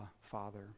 Father